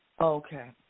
Okay